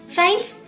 Science